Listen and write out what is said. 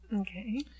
Okay